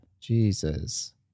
Jesus